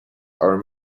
are